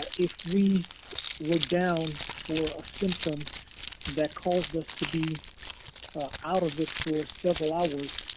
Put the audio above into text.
if we were down for a symptom that caused us to be out of it for several hours.